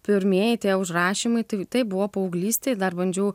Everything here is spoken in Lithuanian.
pirmieji tie užrašymai tai taip buvo paauglystėj dar bandžiau